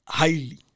highly